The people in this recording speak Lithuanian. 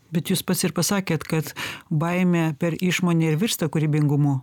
bet jūs pats ir pasakėt kad baimė per išmonę ir virsta kūrybingumu